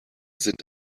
sind